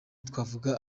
twavuga